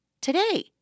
today